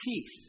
peace